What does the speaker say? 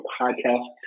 podcast